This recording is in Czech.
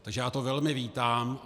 Takže já to velmi vítám.